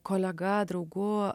kolega draugu